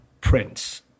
Prince